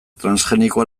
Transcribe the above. transgenikoa